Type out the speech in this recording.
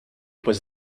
was